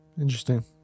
interesting